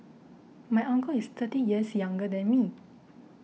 my uncle is thirty years younger than me